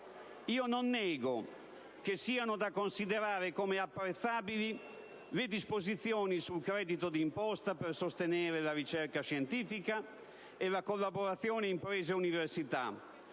Io non nego che siano da considerare come apprezzabili le disposizioni sul credito d'imposta per sostenere la ricerca scientifica e la collaborazione imprese-università,